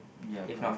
ya correct